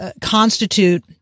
constitute